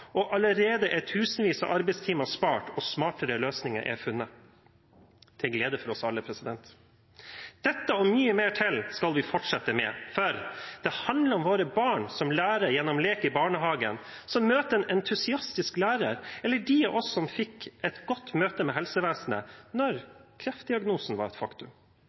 lokalt. Allerede er tusenvis av arbeidstimer spart og smartere løsninger er funnet – til glede for oss alle. Dette og mye mer skal vi fortsette med, for det handler om våre barn som lærer gjennom lek i barnehagen, som møter en entusiastisk lærer, eller de av oss som fikk et godt møte med helsevesenet da kreftdiagnosen var et faktum.